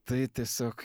tai tiesiog